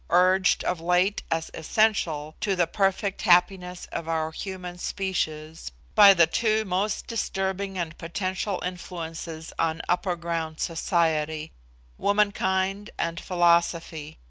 urged of late as essential to the perfect happiness of our human species by the two most disturbing and potential influences on upper-ground society womankind and philosophy.